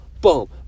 Boom